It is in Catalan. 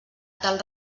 tal